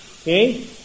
Okay